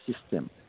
system